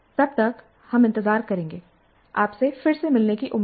तब तक हम इंतज़ार करेंगे आपसे फिर से मिलने की उम्मीद में